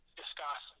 discuss